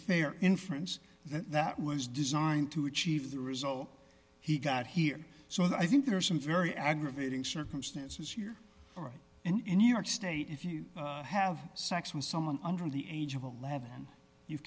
fair inference that that was designed to achieve the result he got here so i think there are some very aggravating circumstances here or in new york state if you have sex with someone under the age of eleven you've